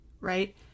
right